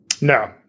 No